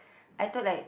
I took like